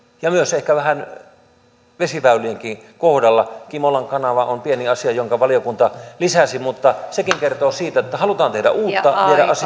ja ehkä vähän myös vesiväylienkin kohdalla kimolan kanava on pieni asia jonka valiokunta lisäsi mutta sekin kertoo siitä että halutaan tehdä uutta